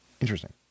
Interesting